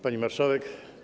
Pani Marszałek!